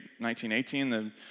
1918